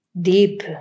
deep